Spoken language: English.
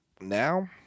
now